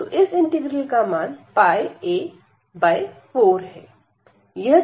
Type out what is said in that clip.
तो इस इंटीग्रल का मान a 4 है